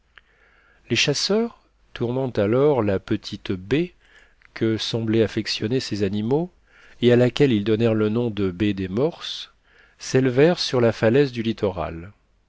les chasseurs tournant alors la petite baie que semblaient affectionner ces animaux et à laquelle ils donnèrent le nom de baie des morses s'élevèrent sur la falaise du littoral